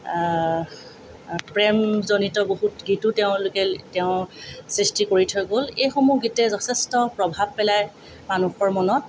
প্ৰেমজনিত বহুত গীতো তেওঁলোকে তেওঁ সৃষ্টি কৰি থৈ গ'ল এইসমূহ গীতে যথেষ্ট প্ৰভাৱ পেলাই মানুহৰ মনত